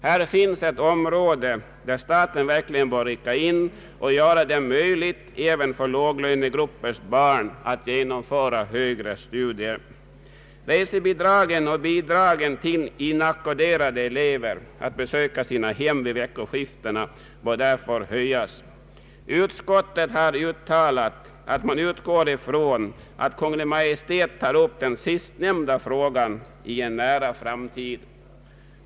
Här finns ett område där staten verkligen bör rycka in och göra det möjligt även för låglönegruppers barn att genomgå högre skolor. Resebidragen och bidragen till inackorderade elever som vill besöka sina hem vid veckosluten bör därför höjas. Utskottet har uttalat att det utgår från att Kungl. Maj:t tar upp sistnämn da fråga i en nära framtid.